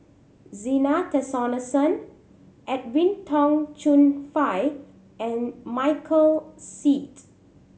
Zena Tessensohn Edwin Tong Chun Fai and Michael Seet